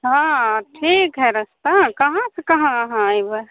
हँ ठीक हइ रस्ता कहाँ सऽ कहाँ आहाँ अयबै